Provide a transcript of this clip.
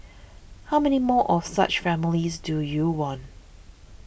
how many more of such families do you want